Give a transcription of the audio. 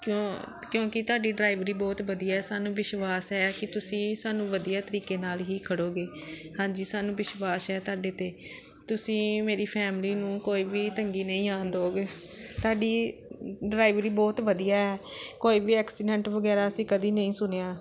ਕਿਉਂ ਕਿਉਂਕਿ ਤੁਹਾਡੀ ਡਰਾਈਵਰੀ ਬਹੁਤ ਵਧੀਆ ਸਾਨੂੰ ਵਿਸ਼ਵਾਸ ਹੈ ਕਿ ਤੁਸੀਂ ਸਾਨੂੰ ਵਧੀਆ ਤਰੀਕੇ ਨਾਲ ਹੀ ਖੜ੍ਹੋਗੇ ਹਾਂਜੀ ਸਾਨੂੰ ਵਿਸ਼ਵਾਸ ਹੈ ਤੁਹਾਡੇ 'ਤੇ ਤੁਸੀਂ ਮੇਰੀ ਫੈਮਿਲੀ ਨੂੰ ਕੋਈ ਵੀ ਤੰਗੀ ਨਹੀਂ ਆ ਦਿਓਗੇ ਤੁਹਾਡੀ ਡਰਾਈਵਰੀ ਬਹੁਤ ਵਧੀਆ ਹੈ ਕੋਈ ਵੀ ਐਕਸੀਡੈਂਟ ਵਗੈਰਾ ਅਸੀਂ ਕਦੀ ਨਹੀਂ ਸੁਣਿਆ